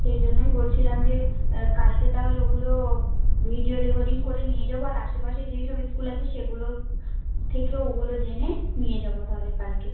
সেই জন্যই বলছিলাম যে কালকে তাহলে ওগুলো ভিডিও রেকর্ডিং করে নিয়ে যাবো আর আশেপাশে যেই সব স্কুল আছে সেইগুলো থেকে ওগুলো জেনে নিয়ে যাবো তাহলে কালকে